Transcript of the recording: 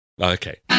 okay